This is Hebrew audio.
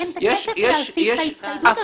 אין לה את הכסף להשיג את ההתחייבות הזאת.